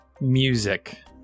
Music